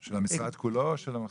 של המשרד כולו או של המחלקה?